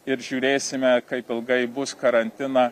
ir žiūrėsime kaip ilgai bus karantiną